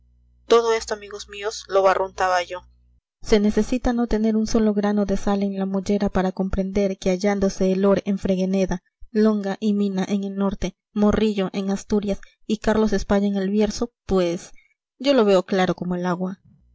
todo esto amigos míos lo barruntaba yo se necesita no tener un solo grano de sal en la mollera para comprender que hallándose el lord en fregeneda longa y mina en el norte morillo en asturias y carlos españa en el bierzo pues yo lo veo claro como el agua